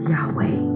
Yahweh